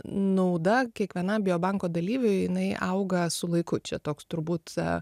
nauda kiekvienam biobanko dalyviui jinai auga su laiku čia toks turbūt